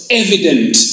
evident